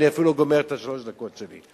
אני אפילו לא גומר את השלוש דקות שלי.